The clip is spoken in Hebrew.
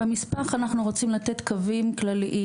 במסמך אנחנו רוצים לתת קווים כלליים,